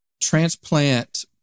Transplant